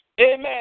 Amen